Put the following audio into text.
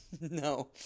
no